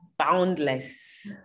boundless